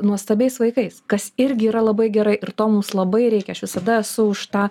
nuostabiais vaikais kas irgi yra labai gerai ir to mums labai reikia aš visada esu už tą